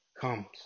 comes